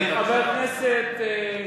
חבר הכנסת בן-ארי.